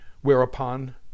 Whereupon